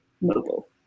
mobile